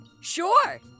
Sure